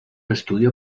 estudio